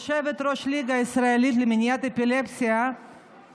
יושבת-ראש הליגה הישראלית למניעת אפילפסיה,